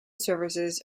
services